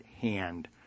hand